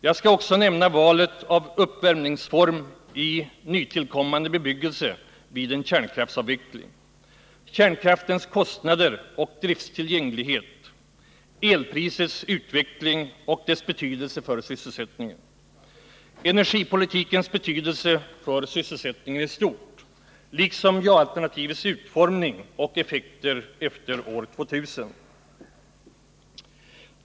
Jag skall också nämna valet av uppvärmningsform i nytillkommande bebyggelse vid en kärnkraftsavveckling, kärnkraftens kostnader och drifttillgänglighet, elprisets utveckling och dess betydelse för sysselsättningen, energipolitikens betydelse för sysselsättningen i stort liksom jaalternativens utformning och effekter efter år 2000.